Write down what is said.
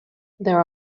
there